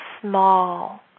small